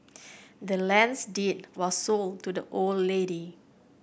the land's deed was sold to the old lady